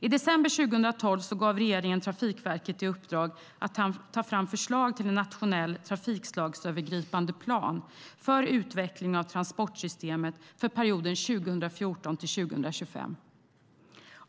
I december 2012 gav regeringen Trafikverket i uppdrag att ta fram förslag till en nationell trafikslagsövergripande plan för utveckling av transportsystemet för perioden 2014-2025.